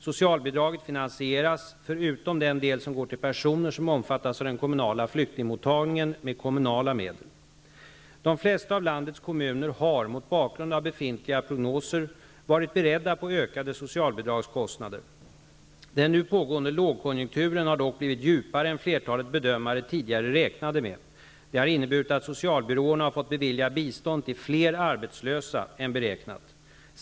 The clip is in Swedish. Socialbidraget finansieras -- förutom den del som går till personer som omfattas av den kommunala flyktingmottagningen -- med kommunala medel. De flesta av landets kommuner har, mot bakgrund av befintliga prognoser, varit beredda på ökade socialbidragskostnader. Den nu pågående lågkonjunkturen har dock blivit djupare än flertalet bedömare tidigare räknade med. Det har inneburit att socialbyråerna har fått bevilja bistånd till fler arbetslösa än beräknat.